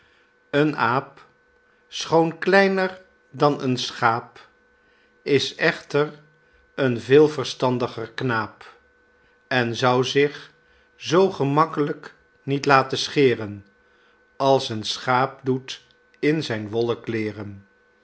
een aap schoon kleiner dan een schaap is echter een veel verstandiger knaap en zou zich zoo gemakkelijk niet laten scheren als een schaap doet in zijn wollen kleêren